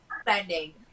spending